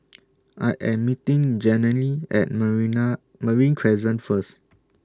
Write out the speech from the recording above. I Am meeting Jenelle At Marina Marine Crescent First